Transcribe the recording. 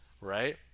right